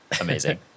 Amazing